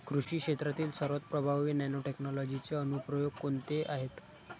कृषी क्षेत्रातील सर्वात प्रभावी नॅनोटेक्नॉलॉजीचे अनुप्रयोग कोणते आहेत?